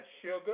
sugar